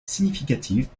significatives